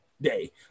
day